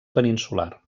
peninsular